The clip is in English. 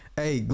hey